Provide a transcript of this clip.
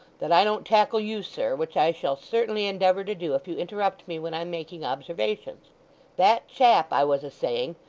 that i don't tackle you, sir, which i shall certainly endeavour to do, if you interrupt me when i'm making observations that chap, i was a saying,